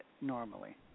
normally